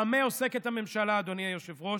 במה עוסקת הממשלה, אדוני היושב-ראש?